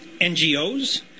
NGOs